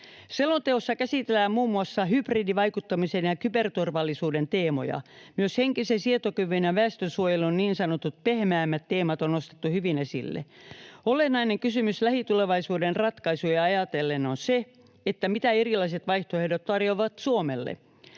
Selonteossa käsitellään muun muassa hybridivaikuttamisen ja kyberturvallisuuden teemoja. Myös henkisen sietokyvyn ja väestönsuojelun niin sanotut pehmeämmät teemat on nostettu hyvin esille. Olennainen kysymys lähitulevaisuuden ratkaisuja ajatellen on se, mitä erilaiset vaihtoehdot tarjoavat Suomelle.